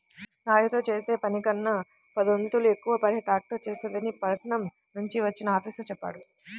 నాగలితో చేసే పనికన్నా పదొంతులు ఎక్కువ పని ట్రాక్టర్ చేత్తదని పట్నం నుంచి వచ్చిన ఆఫీసరు చెప్పాడు